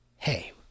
hey